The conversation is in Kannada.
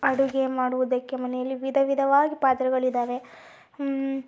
ಅಡುಗೆ ಮಾಡುವುದಕ್ಕೆ ಮನೆಯಲ್ಲಿ ವಿಧವಿಧವಾಗಿ ಪಾತ್ರೆಗಳಿದ್ದಾವೆ